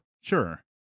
Sure